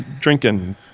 drinking